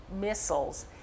missiles